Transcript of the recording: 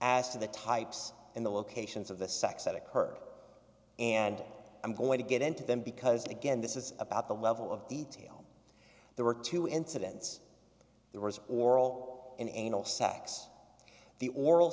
to the types in the locations of the sex that occurred and i'm going to get into them because again this is about the level of detail there were two incidents the research or all in anal sex the oral